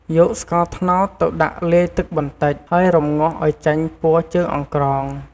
យកស្ករត្នោត ទៅដាក់លាយទឹកបន្តិច ហើយរំងាស់ ឱ្យចេញពណ៌ ជើងអង្ក្រង។